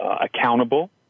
accountable